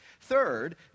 Third